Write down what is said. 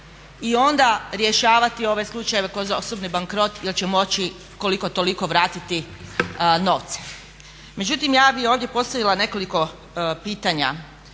i onda rješavati ove slučajeve ko za osobni bankrot jer će moći koliko toliko vratiti novce. Međutim, ja bi ovdje postavila nekoliko pitanja.